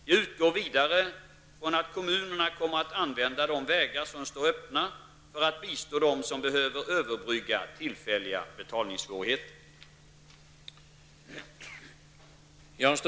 Jag utgår vidare från att kommunerna kommer att använda de vägar som står öppna för att bistå dem som behöver överbrygga tillfälliga betalningssvårigheter.